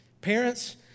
Parents